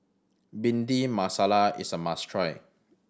Bhindi Masala is a must try